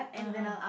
uh-huh